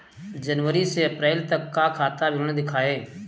जनवरी से अप्रैल तक का खाता विवरण दिखाए?